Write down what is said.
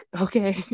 Okay